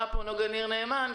יש להם את כל המנגנונים, הם יודעים.